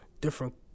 different